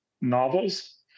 novels